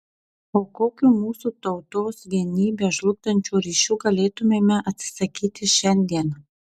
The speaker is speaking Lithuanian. o kokių mūsų tautos vienybę žlugdančių ryšių galėtumėme atsisakyti šiandien